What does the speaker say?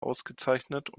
ausgezeichnet